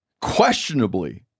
questionably